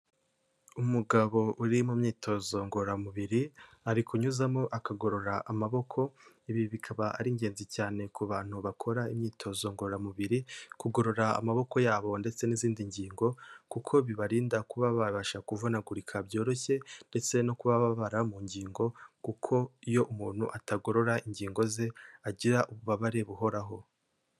Umugabo uri mu myitozo ngororamubiri, ari kunyuzamo akagorora amaboko, ibi bikaba ari ingenzi cyane ku bantu bakora imyitozo ngororamubiri, kugorora amaboko yabo ndetse n'izindi ngingo, kuko bibarinda kuba babasha kuvunagurika byoroshye, ndetse no kubabara mu ngingo, kuko iyo umuntu atagorora ingingo ze, agira ububabare buhoraho.